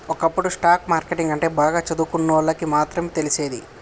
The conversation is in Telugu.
ఒకప్పుడు స్టాక్ మార్కెట్టు అంటే బాగా చదువుకున్నోళ్ళకి మాత్రమే తెలిసేది